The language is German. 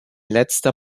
letzter